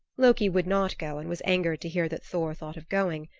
loki would not go and was angered to hear that thor thought of going.